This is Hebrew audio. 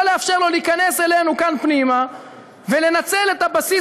לא לאפשר לו להיכנס אלינו כאן פנימה ולנצל את הבסיס